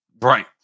Right